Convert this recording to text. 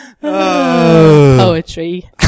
Poetry